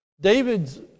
David's